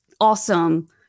awesome